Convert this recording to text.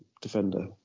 defender